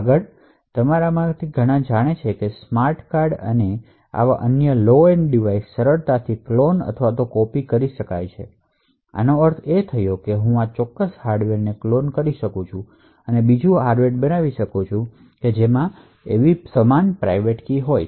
આગળ તમારામાંથી ઘણા લોકો જાણે છે કે સ્માર્ટ કાર્ડ્સ અને આવા અન્ય લો એન્ડ ડિવાઇસ ને સરળતાથી ક્લોન અથવા કોપી કરી શકાય છે આનો અર્થ એ છે કે હું આ ચોક્કસ હાર્ડવેરને ક્લોનકરી શકું છું બીજું હાર્ડવેરબનાવી શકું છું જેની સમાન પ્રાઇવેટ કી છે